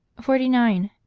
forty nine.